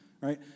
Right